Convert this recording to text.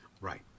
Right